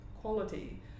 quality